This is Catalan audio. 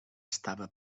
estava